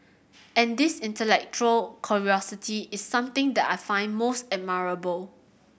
and this intellectual curiosity is something that I find most admirable